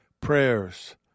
prayers